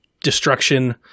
destruction